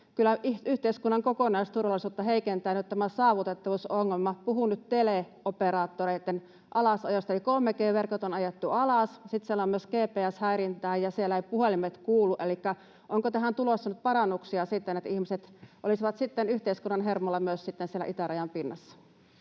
yhteiskunnan kokonaisturvallisuutta heikentää nyt tämä saavutettavuusongelma. Puhun nyt teleoperaattoreitten alasajosta, eli 3G-verkot on ajettu alas, sitten siellä on myös GPS-häirintää ja puhelimet eivät kuulu. Elikkä onko tähän tulossa nyt parannuksia siten, että ihmiset olisivat yhteiskunnan hermolla myös siellä itärajan pinnassa?